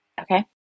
Okay